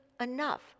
enough